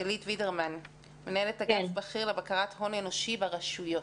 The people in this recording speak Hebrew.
וידרמן מנהלת אגף בכיר לבקרת הון אנושי ברשויות.